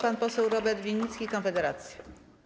Pan poseł Robert Winnicki, Konfederacja.